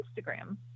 Instagram